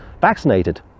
vaccinated